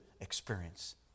experience